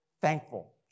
Thankful